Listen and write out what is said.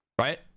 right